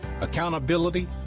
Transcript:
accountability